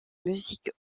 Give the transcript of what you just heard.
musique